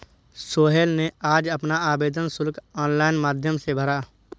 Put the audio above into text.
सोहेल ने आज अपना आवेदन शुल्क ऑनलाइन माध्यम से भरा